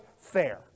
fair